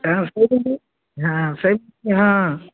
ହଁ ହଁ ସେଇ ହଁ